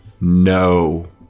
No